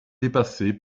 dépassée